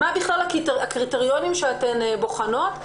מה הקריטריונים שאתם בוחנים.